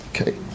okay